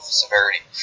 severity